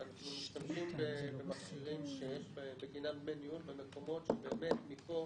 אנחנו משתמשים במכשירים שיש בגינם דמי ניהול במקומות שמפה